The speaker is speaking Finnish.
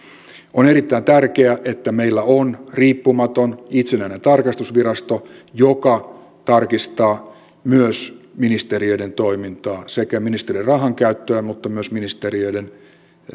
on erittäin tärkeää että meillä on riippumaton itsenäinen tarkastusvirasto joka tarkastaa myös ministeriöiden toimintaa sekä ministeriöiden rahankäyttöä että myös ministeriöiden